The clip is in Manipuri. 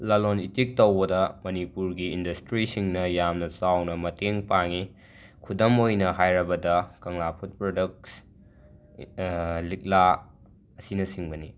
ꯂꯥꯂꯣꯟ ꯏꯇꯤꯛ ꯇꯧꯕꯗ ꯃꯅꯤꯄꯨꯔꯒꯤ ꯏꯟꯗꯁꯇ꯭ꯔꯤꯁꯤꯡꯅ ꯌꯥꯝꯅ ꯆꯥꯎꯅ ꯃꯇꯦꯡ ꯄꯥꯡꯏ ꯈꯨꯗꯝ ꯑꯣꯏꯅ ꯍꯥꯏꯔꯕꯗ ꯀꯪꯂꯥ ꯐꯨꯠ ꯄ꯭ꯔꯗꯛꯁ ꯏ ꯂꯤꯛꯂꯥ ꯑꯁꯤꯅꯆꯤꯡꯕꯅꯤ